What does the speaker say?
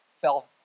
fell